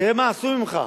תראה מה עשו ממך: